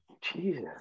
Jesus